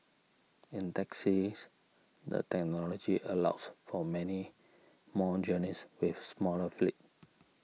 in taxis the technology allows for many more journeys with smaller fleet